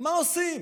מה עושים?